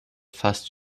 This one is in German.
fast